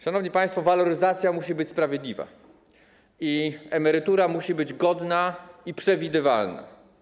Szanowni państwo, waloryzacja musi być sprawiedliwa, emerytura musi być godna i przewidywalna.